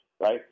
right